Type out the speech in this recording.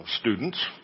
students